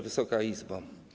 Wysoka Izbo!